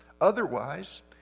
Otherwise